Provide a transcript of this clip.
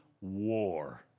war